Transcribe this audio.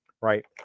right